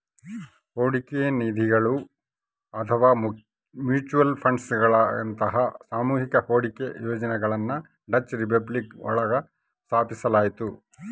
ಹೂಡಿಕೆ ನಿಧಿಗಳು ಅಥವಾ ಮ್ಯೂಚುಯಲ್ ಫಂಡ್ಗಳಂತಹ ಸಾಮೂಹಿಕ ಹೂಡಿಕೆ ಯೋಜನೆಗಳನ್ನ ಡಚ್ ರಿಪಬ್ಲಿಕ್ ಒಳಗ ಸ್ಥಾಪಿಸಲಾಯ್ತು